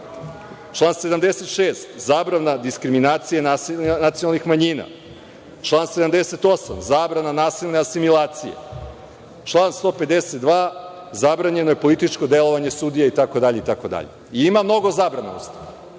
član 76. - zabrana diskriminacije nacionalnih manjina, član 78. – zabrana nasilne asimilacije, član 152. – zabranjeno političko delovanje sudija, itd, itd. Ima mnogo zabrana